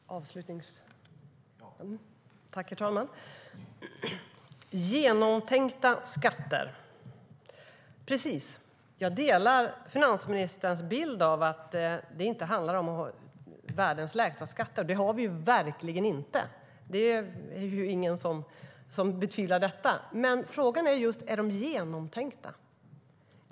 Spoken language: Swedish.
Herr talman! Det ska vara genomtänkta skatter - precis. Jag delar finansministerns bild av att det inte handlar om att ha världens lägsta skatter. Det har vi verkligen inte. Det är ingen som betvivlar detta. Men frågan är just: Är de genomtänkta?